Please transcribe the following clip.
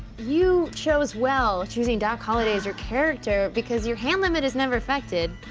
you chose well choosing doc holiday as your character because your hand limit is never affected.